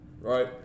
right